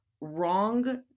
wrong